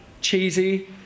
cheesy